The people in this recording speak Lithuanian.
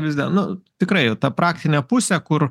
vis die nu tikrai tą praktinę pusę kur